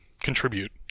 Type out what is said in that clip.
contribute